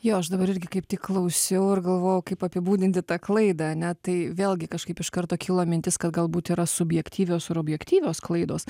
jo aš dabar irgi kaip tik klausiau ir galvojau kaip apibūdinti tą klaidą ane tai vėlgi kažkaip iš karto kilo mintis kad galbūt yra subjektyvios ir objektyvios klaidos